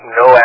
no